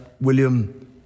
William